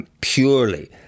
purely